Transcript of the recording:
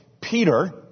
Peter